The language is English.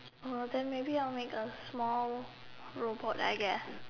then may be I will make a small robot I guess